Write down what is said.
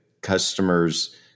customers